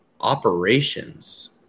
operations